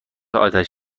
آتش